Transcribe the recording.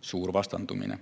suur vastandumine.